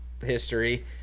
history